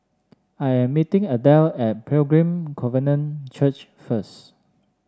I am meeting Adelle at Pilgrim Covenant Church first